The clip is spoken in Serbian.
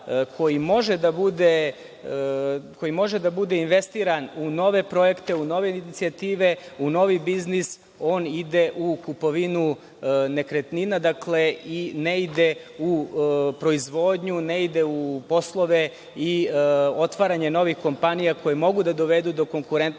koji može da bude investiran u nove projekte, u nove inicijative u novi biznis, on ide u kupovinu nekretnina. Dakle, i ne ide u proizvodnju, ne ide u poslove i otvaranje novih kompanija koje mogu da dovedu do konkurentnosti